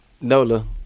Nola